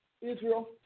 Israel